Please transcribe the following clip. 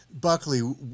Buckley